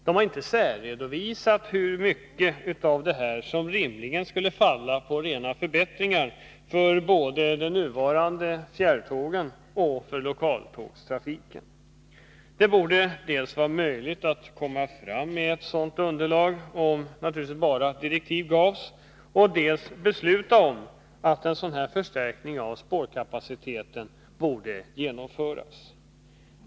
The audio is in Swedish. Man har inte särredovisat hur mycket av detta som rimligen skulle falla på rena förbättringar både för de nuvarande fjärrtågen och för lokaltågstrafiken. Det borde vara möjligt att dels komma fram med ett sådant underlag, om bara direktiv gavs, dels besluta om att en sådan förstärkning av spårkapaciteten skall genomföras.